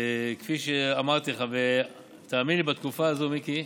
כפי שאמרתי לך, תאמין לי, בתקופה הזאת, מיקי,